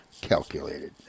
calculated